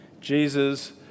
Jesus